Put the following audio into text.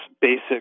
basic